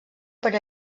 per